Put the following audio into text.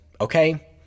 okay